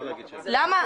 לא --- למה,